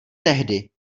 tehdy